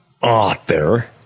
author